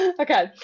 Okay